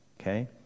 okay